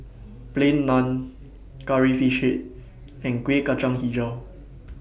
Plain Naan Curry Fish Head and Kueh Kacang Hijau